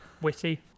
witty